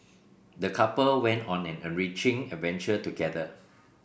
the couple went on an enriching adventure together